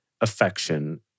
affection